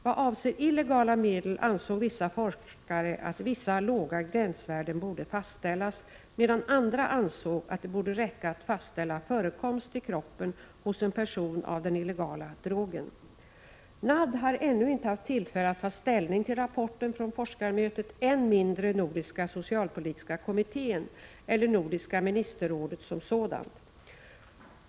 Vad avser illegala medel ansåg vissa forskare att vissa låga gränsvärden borde fastställas, medan andra ansåg att det borde räcka att fastställa förekomst i kroppen hos en person av den illegala drogen. NAD har ännu inte haft tillfälle att ta ställning till rapporten från forskarmötet, än mindre Nordiska socialpolitiska kommittén eller Nordiska ministerrådet som sådant.